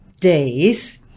days